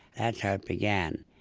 that's how it began.